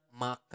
makan